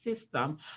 system